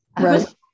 Right